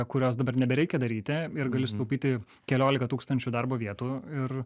kurios dabar nebereikia daryti ir gali sutaupyti keliolika tūkstančių darbo vietų ir